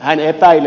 hän epäilee